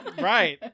Right